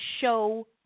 show